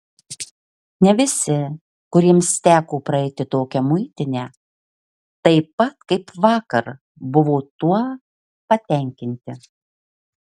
ne visi kuriems teko praeiti tokią muitinę taip pat kaip vakar buvo tuo patenkinti